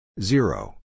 Zero